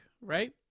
right